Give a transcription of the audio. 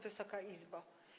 Wysoka Izbo!